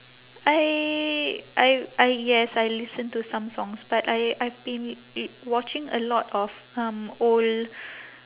I I I yes I listen to some songs but I I've been w~ watching a lot of um old